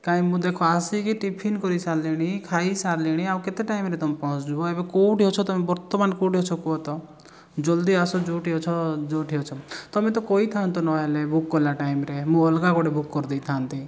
କାଇଁ ମୁଁ ଦେଖ ଆସିକି ଟିଫିନ୍ କରିସାରିଲିଣି ଖାଇସାରିଲିଣି ଆଉ କେତେ ଟାଇମ୍ରେ ତମେ ପହଞ୍ଚିବ ଏବେ କେଉଁଠି ଅଛ ତମେ ବର୍ତ୍ତମାନ କେଉଁଠି ଅଛ କୁହତ ଜଲ୍ଦି ଆସ ଯେଉଁଠି ଅଛ ଯେଉଁଠି ଅଛ ତମେ ତ କହିଥାନ୍ତ ନହେଲେ ବୁକ୍ କଲା ଟାଇମ୍ରେ ମୁଁ ଅଲଗା ଗୋଟେ ବୁକ୍ କରି ଦେଇଥାନ୍ତି